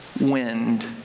Wind